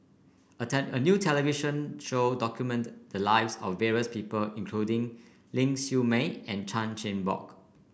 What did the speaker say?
a tend a new television show documented the lives of various people including Ling Siew May and Chan Chin Bock